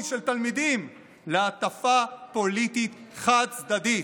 של תלמידים להטפה פוליטית חד-צדדית.